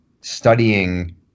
studying